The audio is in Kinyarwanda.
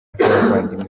nk’abavandimwe